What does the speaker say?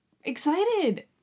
Excited